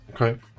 okay